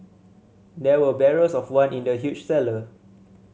there were barrels of wine in the huge cellar